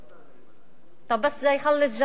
(אומרת בשפה בערבית: טוב,